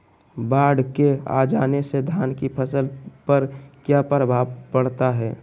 बाढ़ के आ जाने से धान की फसल पर किया प्रभाव पड़ता है?